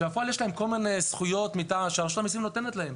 שבפועל יש להם כל מיני זכויות שרשות המיסים נותנת להם,